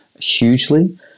hugely